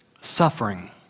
suffering